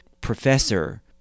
professor